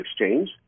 exchange